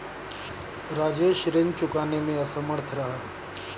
राजेश ऋण चुकाने में असमर्थ रहा